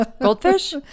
goldfish